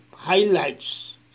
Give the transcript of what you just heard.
highlights